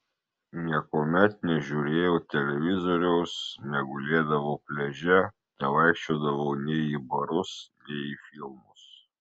niekuomet nežiūrėjau televizoriaus negulėdavau pliaže nevaikščiodavau nei į barus nei į filmus